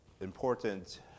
important